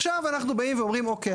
עכשיו אנחנו באים ואומרים אוקיי,